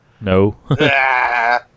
No